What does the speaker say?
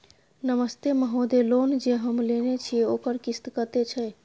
नमस्ते महोदय, लोन जे हम लेने छिये ओकर किस्त कत्ते छै?